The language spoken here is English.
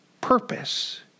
purpose